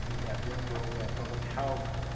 we have dental, we have public health.